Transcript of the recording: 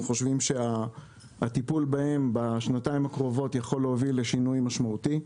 חושבים שהטיפול בהם בשנתיים הקרובות יכול להוביל לשינוי משמעותי.